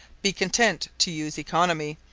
be content to use economy,